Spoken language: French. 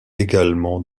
également